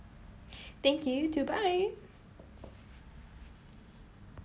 thank you you too bye